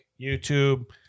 YouTube